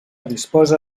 disposa